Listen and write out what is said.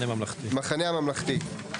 המחנה הממלכתי.